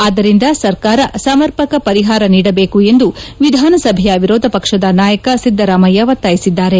ಆದ್ದರಿಂದ ಸರ್ಕಾರ ಸಮರ್ಪಕ ಪರಿಹಾರ ನೀಡಬೇಕು ಎಂದು ವಿಧಾನಸಭೆಯ ವಿರೋಧ ಪಕ್ಷದ ನಾಯಕ ಸಿದ್ದರಾಮಯ್ಯ ಒತ್ತಾಯಿಸಿದ್ದಾರೆ